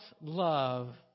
love